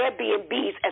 Airbnbs